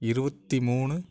இருபத்தி மூணு